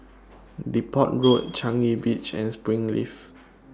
Depot Road Changi Beach and Springleaf